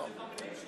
לא.